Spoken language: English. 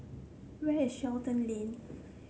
where is Shenton Lane